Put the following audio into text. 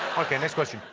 ok, next question.